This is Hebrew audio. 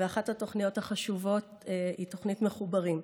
אחת התוכניות החשובות היא תוכנית "מחוברים",